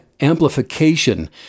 amplification